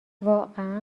واقعا